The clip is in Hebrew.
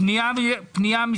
בבקשה,